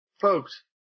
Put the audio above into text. folks